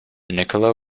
nikola